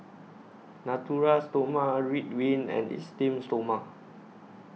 Natura Stoma Ridwind and Esteem Stoma